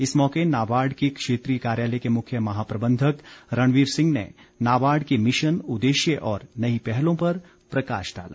इस मौके नाबार्ड के क्षेत्रीय कार्यालय के मुख्य महाप्रबंधक रणबीर सिंह ने नाबार्ड के मिशन उद्देश्य और नई पहलों पर प्रकाश डाला